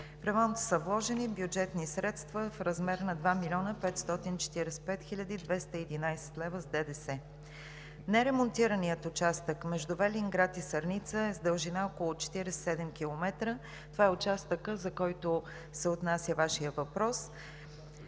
ремонта са вложени бюджетни средства в размер на 2 млн. 545 хил. 211 лв. с ДДС. Неремонтираният участък между Велинград и Сърница е с дължина около 47 км. Това е участъкът, за който се отнася Вашият въпрос.